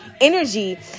energy